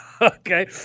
Okay